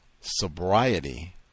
sobriety